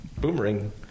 Boomerang